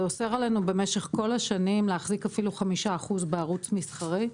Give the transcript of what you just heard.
זה אוסר עלינו במשך כל השנים להחזיק אפילו 5% בערוץ מסחרי,